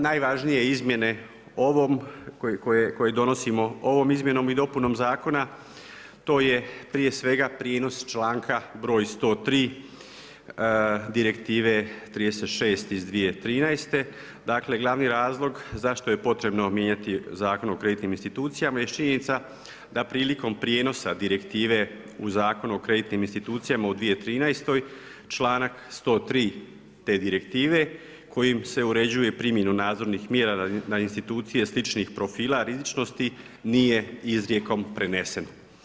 Najvažnije izmijene ovom koju donosimo ovom izmjenom i dopunom zakona to je prije svega prinos članka br. 103. direktive 36 iz 2013. dakle, glavni razlog zašto je potrebno mijenjati Zakona o kreditnim institucijama jest činjenica da prilikom prijenosa direktive u Zakon o kreditnim institucijama u 2013. članak 103. te direktive kojim se uređuje primjenu nadzornih mjera na institucije sličnih profila rizičnosti nije izrijekom prenesen.